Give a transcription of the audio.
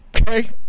Okay